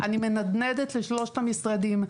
אני מנדנדת לשלושת המשרדים,